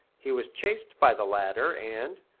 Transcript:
he was chased by the latter, and,